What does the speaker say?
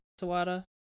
Sawada